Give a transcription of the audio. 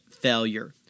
failure